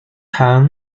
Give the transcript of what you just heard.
西汉